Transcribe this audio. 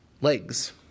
legs